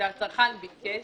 שהצרכן יבקש.